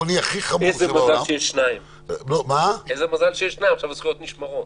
איזה מזל שיש שניים, עכשיו הזכויות נשמרות.